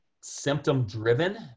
symptom-driven